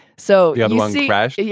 so, you know, the money crash. yeah